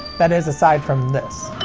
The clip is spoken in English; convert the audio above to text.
that is aside from this.